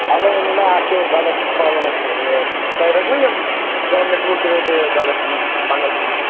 اَوے ووٚنٕے مےٚ اتھ چھِ دۄدس چھِ کھالُن اَسہِ تُہۍ روٚٹوٕ یِم ژامنٮ۪س وُہ کِلوٗ دۄدس پنٛدہ کِلوٗ